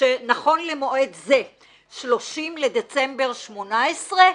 שנכון למועד זה 30 לדצמבר 18,